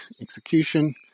execution